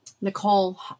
Nicole